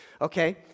Okay